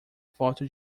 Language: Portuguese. foto